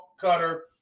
cutter